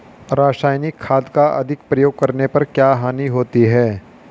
रासायनिक खाद का अधिक प्रयोग करने पर क्या हानि होती है?